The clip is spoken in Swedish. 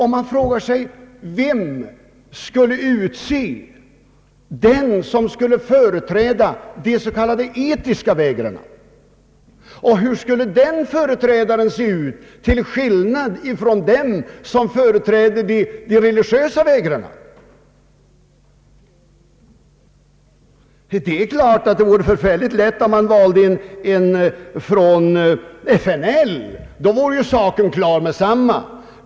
Man kan då fråga sig, vem som skulle utse företrädare för de s.k. etiska vägrarna och hur denne skulle se ut till skillnad från dem som företräder de religiösa vägrarna. Det är klart att det vore mycket enkelt, om en representant för FNL-grupperna här i landet valdes — då vore saken klar.